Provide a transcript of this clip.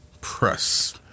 Press